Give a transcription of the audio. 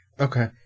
Okay